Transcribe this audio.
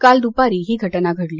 काल दुपारी ही घटना घडली